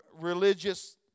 religious